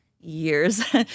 years